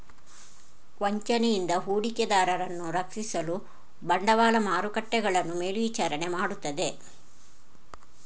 ವಂಚನೆಯಿಂದ ಹೂಡಿಕೆದಾರರನ್ನು ರಕ್ಷಿಸಲು ಬಂಡವಾಳ ಮಾರುಕಟ್ಟೆಗಳನ್ನು ಮೇಲ್ವಿಚಾರಣೆ ಮಾಡುತ್ತದೆ